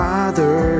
Father